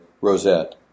rosette